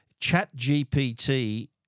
ChatGPT